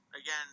again